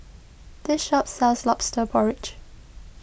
this shop sells Lobster Porridge